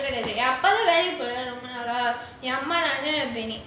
அப்பத்தான் வேளைக்கு போகல ரொம்ப நாளா:appathaan velaiku pogala romba naala